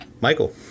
Michael